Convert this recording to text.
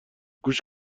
گوش